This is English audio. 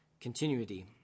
continuity